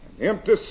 empty